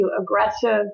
aggressive